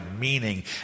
meaning